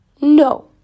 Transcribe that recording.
no